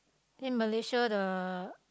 then Malaysia the